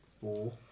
Four